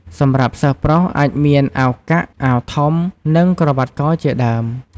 សម្រាប់សិស្សប្រុស អាចមាន អាវកាក់ អាវធំ និងក្រវ៉ាត់កជាដើម។